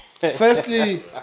Firstly